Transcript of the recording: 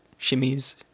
shimmies